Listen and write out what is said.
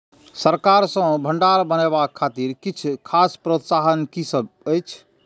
सरकार सँ भण्डार बनेवाक खातिर किछ खास प्रोत्साहन कि सब अइछ?